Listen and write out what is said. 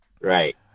right